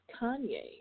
Kanye